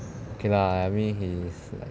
okay lah I mean he's like